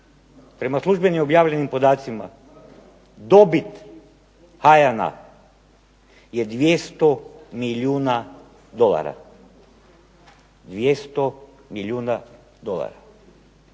Prema službenim objavljenim podacima dobit HAYANA je 200 milijuna dolara. 200 milijuna dolara!